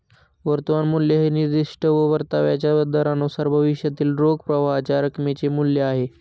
वर्तमान मूल्य हे निर्दिष्ट परताव्याच्या दरानुसार भविष्यातील रोख प्रवाहाच्या रकमेचे मूल्य आहे